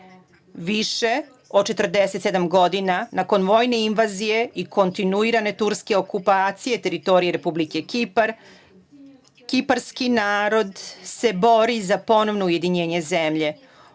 Više od 47 godina nakon vojne invazije i kontinuirane Turske okupacije teritorije Republike Kipar, kiparski narod se bori za ponovno ujedinjenje zemlje,